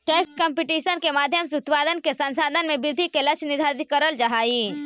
tax competition के माध्यम से उत्पादन के संसाधन के वृद्धि के लक्ष्य निर्धारित करल जा हई